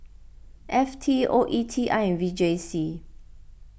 F T O E T I and V J C